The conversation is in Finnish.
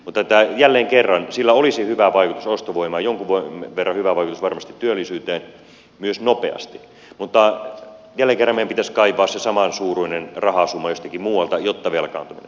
mutta jälleen kerran sillä olisi hyvä vaikutus ostovoimaan jonkin verran hyvä vaikutus varmasti työllisyyteen myös nopeasti mutta jälleen kerran meidän pitäisi kaivaa se samansuuruinen rahasumma jostakin muualta jotta velkaantuminen taittuisi